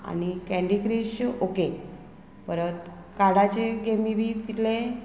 आनी candy crush okay परत काडाचे गेमी बी तितले